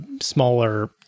smaller